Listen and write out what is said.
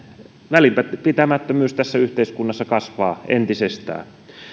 välinpitämättömyys tässä yhteiskunnassa kasvaa entisestään